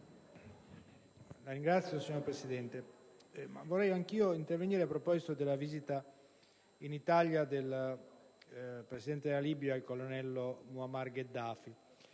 *(PD)*. Signor Presidente, vorrei anch'io intervenire a proposito della visita in Italia del Presidente della Libia, il colonnello Muammar Gheddafi.